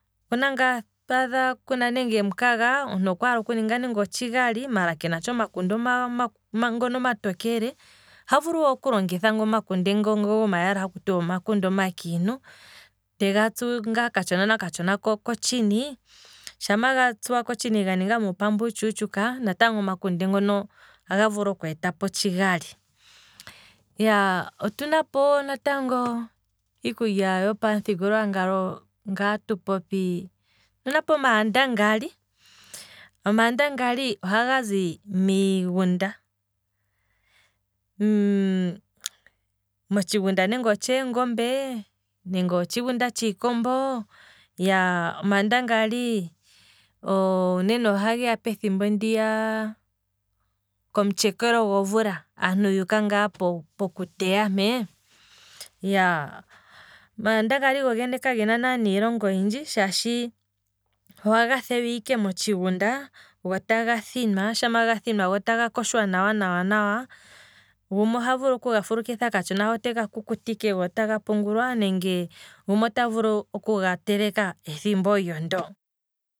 Okuna ngaa, otwaadha kuna nande em'kaga, omuntu okwaala okuninga nande otshigali maala kena omakunde oma- oma- oma ngono omatokele, oha vulu wala okulongitha ngono gomayala akutiwa omakunde omakiintu, te gatsu ngaa katshona nakatshona kotshini, shampa ga tsuwa kotshini ganinga uupambu uutshutshuka natango omakunde ngono aga vulu okweetapo otshigali, otuna po natango iikulya yopamuthigululwakalo ngaa tu popi, otuna po omaandangali, omaandangali oha gazi miigunda, motshigunda nande otsheengombe, nenge otshiikombo, omaandangali uunene oha geya pethimbo ndiya uunene komutshekelo gomvula aantu yuuka ngaa poku teya mpee, omaandangali go gene kagena naana iilonga oyindji, shaashi ohaga thewa ike mitshigunda go taga thinwa, sha wega thina go taga koshwa nawa nawa, gumwe oha vulu okuga fulukitha katshona tega kukutike go taga pungulwa, nenge gumwe ota vulu okuga teleka ethimbo olyo ndo.